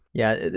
yeah,